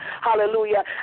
hallelujah